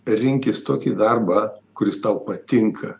rinkis tokį darbą kuris tau patinka